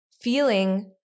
feeling